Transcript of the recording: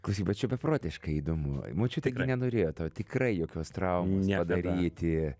klausyk bet čia beprotiškai įdomu močiutė gi nenorėjo to tikrai jokios traumos padaryti